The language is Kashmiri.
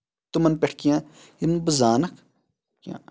تِمن پٮ۪ٹھ کیٚنٛہہ یِم نہٕ بہٕ زانَکھ